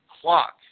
clock